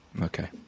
Okay